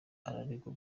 araregwa